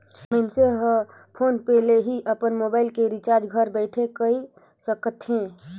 मइनसे हर फोन पे ले ही अपन मुबाइल के रिचार्ज घर बइठे कएर सकथे